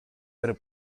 pero